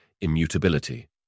immutability